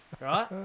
right